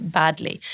badly